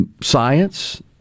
science